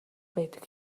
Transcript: байдаг